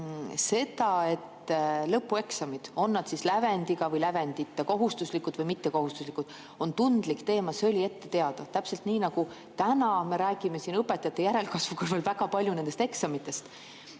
See, et lõpueksamid – on nad siis lävendiga või lävendita, kohustuslikud või mittekohustuslikud – on tundlik teema, oli ette teada. Täpselt nii, nagu täna me räägime siin õpetajate järelkasvu kõrval väga palju nendest eksamitest.